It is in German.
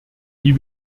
die